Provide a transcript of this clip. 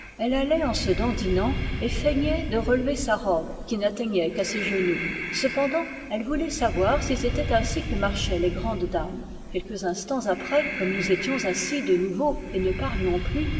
elle allait en se dandinant et feignait de relever sa robe qui n'atteignait qu'à ses genoux cependant elle voulait savoir si c'était ainsi que marchaient les grandes dames quelques instants après comme nous étions assis de nouveau et ne parlions plus